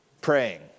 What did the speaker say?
praying